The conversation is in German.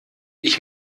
ich